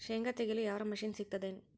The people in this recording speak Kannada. ಶೇಂಗಾ ತೆಗೆಯಲು ಯಾವರ ಮಷಿನ್ ಸಿಗತೆದೇನು?